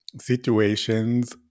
situations